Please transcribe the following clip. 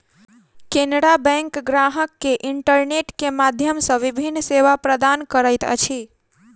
Canara bank ग्राहक के internet के माध्यम सॅ विभिन्न सेवा प्रदान करैत अछि